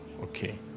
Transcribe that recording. okay